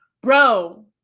bro